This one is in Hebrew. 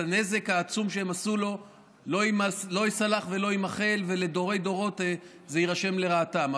הנזק העצום שהם עשו לו לא ייסלח ולא יימחל ולדורי-דורות זה יירשם לרעתם,